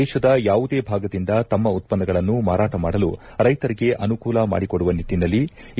ದೇಶದ ಯಾವುದೇ ಭಾಗದಿಂದ ತಮ್ಮ ಉತ್ಪನ್ನಗಳನ್ನು ಮಾರಾಟ ಮಾಡಲು ರೈತರಿಗೆ ಅನುಕೂಲ ಮಾಡಿಕೊಡುವ ನಿಟ್ಟನಲ್ಲಿ ಇ